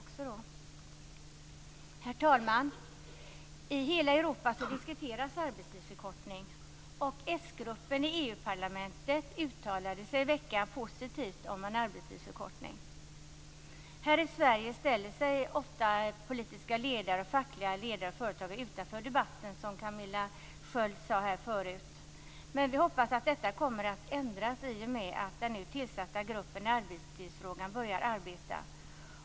Herr talman! I hela Europa diskuteras arbetstidsförkortning. Och s-gruppen i EU-parlamentet uttalade sig i veckan positivt om en arbetstidsförkortning. Här i Sverige ställer sig ofta politiska ledare, fackliga ledare och företagare utanför debatten, som Camilla Sköld sade förut. Men vi hoppas att detta kommer att ändras i och med att den nu tillsatta gruppen för arbetstidsfrågan börjar arbeta.